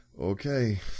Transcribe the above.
Okay